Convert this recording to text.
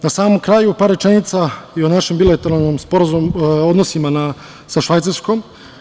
Na samom kraju, par rečenica i o našem bilateralnom sporazumu, odnosima sa Švajcarskom.